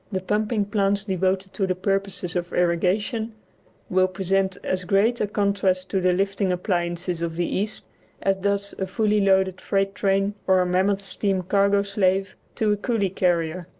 the pumping plants devoted to the purposes of irrigation will present as great a contrast to the lifting appliances of the east as does a fully loaded freight train or a mammoth steam cargo-slave to a coolie carrier.